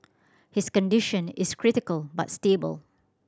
his condition is critical but stable